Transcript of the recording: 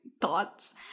thoughts